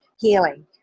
healing